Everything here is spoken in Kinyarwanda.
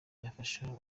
yafasha